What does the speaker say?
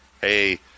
Hey